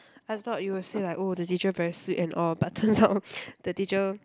I thought you will say like oh the teacher very sweet and all but turns out the teacher